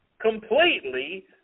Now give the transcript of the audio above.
completely